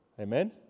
Amen